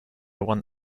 want